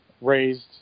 raised